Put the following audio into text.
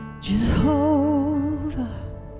Jehovah